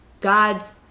God's